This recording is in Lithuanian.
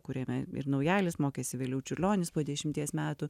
kuriame ir naujalis mokėsi vėliau čiurlionis po dešimties metų